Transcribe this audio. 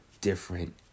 different